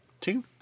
Two